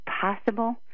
possible